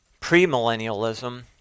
premillennialism